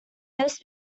this